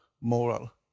moral